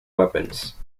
weapons